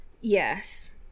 Yes